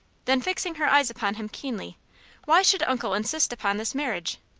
then, fixing her eyes upon him keenly why should uncle insist upon this marriage?